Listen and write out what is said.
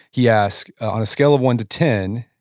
he asks, on a scale of one to ten,